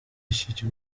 iki